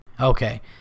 Okay